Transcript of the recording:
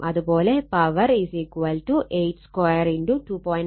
അത് പോലെ പവർ 8 2 × 2